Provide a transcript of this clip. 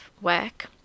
work